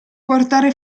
portare